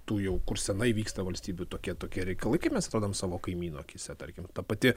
tu jau seniai vyksta valstybių tokie tokie reikalai kai mes atrodom savo kaimynų akyse tarkim ta pati